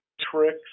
tricks